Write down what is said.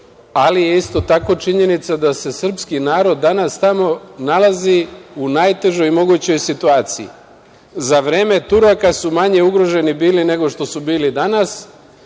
ali je isto tako činjenica da se srpski narod danas tamo nalazi u najtežoj mogućoj situaciji. Za vreme Turaka su manje ugroženi bili nego što su bili danas.